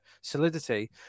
solidity